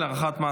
לא